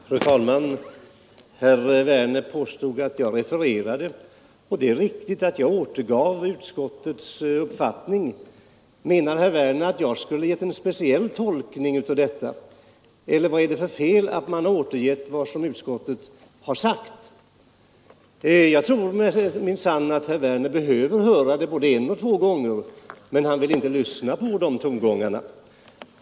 Fru talman! Herr Werner i Malmö påstod att jag bara refererade handlingarna . Det är riktigt att jag återgav utskottets uppfattning. Menar herr Werner att jag skulle göra någon speciell tolkning av detta, eller vad är det för fel i att återge vad utskottet har anfört? Jag tror att herr Werner behöver höra det både en och två gånger, men han vill inte lyssna på de tongångarna.